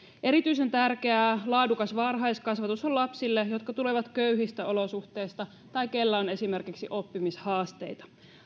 erityisen tärkeää laadukas varhaiskasvatus on lapsille jotka tulevat köyhistä olosuhteista tai joilla on esimerkiksi oppimishaasteita